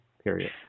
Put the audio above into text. Period